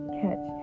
catch